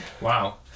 Wow